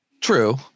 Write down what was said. True